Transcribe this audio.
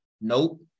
Nope